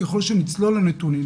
ככל שנצלול לנתונים,